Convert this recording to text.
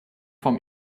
vom